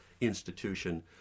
institution